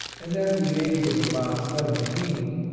and at the age of about seventeen,